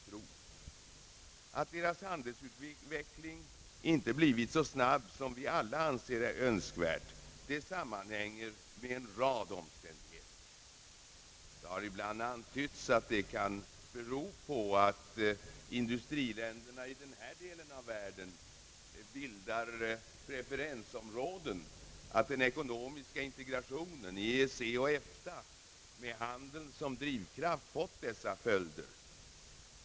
Att takten i u-ländernas handelsutveckling inte blivit så snabb som vi alla anser är önskvärd sammanhänger med en rad omständigheter. Det har ibland antytts att det kan bero på att industriländerna i sin del av världen bildar preferensområden, d. v. s. att det är den ekonomiska integrationen i EEC och EFTA med handeln som drivkraft vilken fått dessa följder.